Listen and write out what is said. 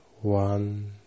One